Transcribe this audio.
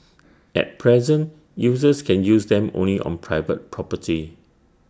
at present users can use them only on private property